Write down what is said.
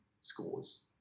scores